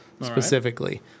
specifically